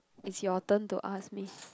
it's your turn to ask me